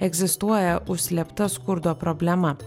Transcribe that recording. egzistuoja užslėpta skurdo problema